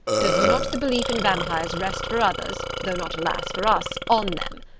does not the belief in vampires rest for others though not, alas! for us on them?